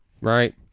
Right